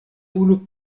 unu